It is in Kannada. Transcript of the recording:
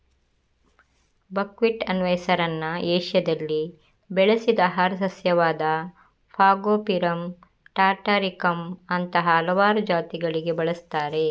ಬಕ್ವೀಟ್ ಅನ್ನುವ ಹೆಸರನ್ನ ಏಷ್ಯಾದಲ್ಲಿ ಬೆಳೆಸಿದ ಆಹಾರ ಸಸ್ಯವಾದ ಫಾಗೋಪಿರಮ್ ಟಾಟಾರಿಕಮ್ ಅಂತಹ ಹಲವಾರು ಜಾತಿಗಳಿಗೆ ಬಳಸ್ತಾರೆ